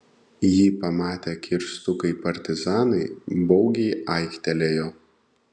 jį pamatę kirstukai partizanai baugiai aiktelėjo